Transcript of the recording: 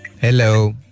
Hello